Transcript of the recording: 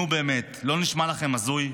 נו, באמת, לא נשמע לכם הזוי?